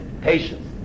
patience